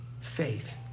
Faith